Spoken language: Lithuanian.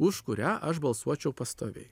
už kurią aš balsuočiau pastoviai